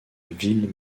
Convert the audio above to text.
ville